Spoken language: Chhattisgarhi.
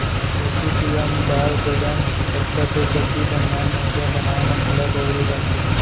गोसिपीयम बारबेडॅन्स कपसा के चड्डी, बनियान, मोजा बनाए म घलौ बउरे जाथे